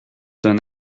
d’un